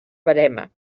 verema